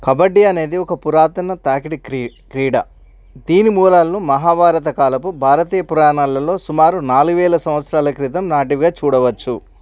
కబడ్డీ అనేది ఒక పురాతన తాకిడి క్రీడ దీని మూలాలను మహాభారత కాలపు భారతీయ పురాణాలలో సుమారు నాలుగు వేల సంవత్సరాల క్రితం నాటివే చూడవచ్చు